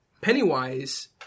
Pennywise